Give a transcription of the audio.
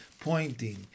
pointing